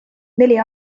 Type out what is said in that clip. neli